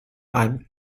einem